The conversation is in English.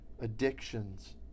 addictions